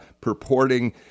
purporting